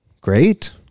Great